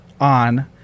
on